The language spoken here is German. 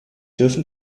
dürfen